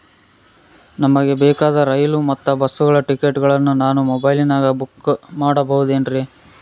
ನಮಗೆ ಬೇಕಾದ ರೈಲು ಮತ್ತ ಬಸ್ಸುಗಳ ಟಿಕೆಟುಗಳನ್ನ ನಾನು ಮೊಬೈಲಿನಾಗ ಬುಕ್ ಮಾಡಬಹುದೇನ್ರಿ?